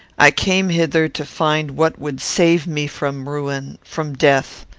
i came hither to find what would save me from ruin from death.